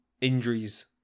injuries